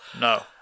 no